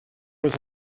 was